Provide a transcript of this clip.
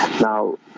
Now